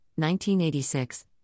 1986